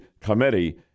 Committee